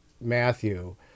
Matthew